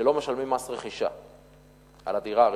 שלא משלמים מס רכישה על הדירה הראשונה,